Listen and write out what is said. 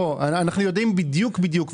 אנחנו יודעים בדיוק בדיוק.